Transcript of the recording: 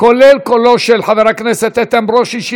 כולל קולו של חבר הכנסת איתן ברושי,